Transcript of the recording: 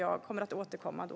Jag kommer att återkomma då.